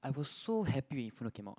I was so happy when Inferno came out